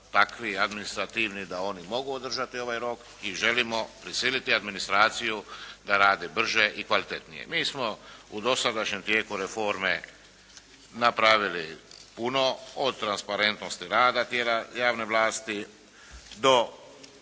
takvi administrativni da oni mogu održati ovaj rok. I želimo prisiliti administraciju da radi brže i kvalitetnije. Mi smo u dosadašnjem tijeku reforme napravili puno od transparentnosti rada tijela javne vlasti do